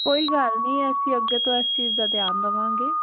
ਕੋਈ ਗੱਲ ਨੀ ਅਸੀਂ ਅੱਗੇ ਤੋਂ ਐਸ ਚੀਜ ਦਾ ਧਿਆਨ ਦਵਾਂਗੇ